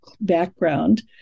background